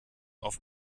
auf